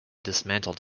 dismantled